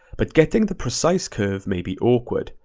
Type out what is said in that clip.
but getting the precise curve may be awkward.